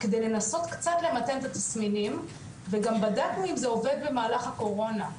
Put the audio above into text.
כדי לנסות קצת למתן את התסמינים וגם בדקנו אם זה עובד במהלך הקורונה,